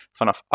vanaf